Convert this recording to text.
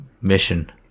mission